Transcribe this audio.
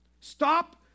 Stop